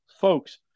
folks